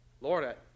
Lord